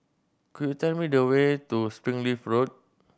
could you tell me the way to Springleaf Road